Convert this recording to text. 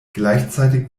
gleichzeitig